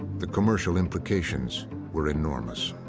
the commercial implications were enormous.